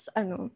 ano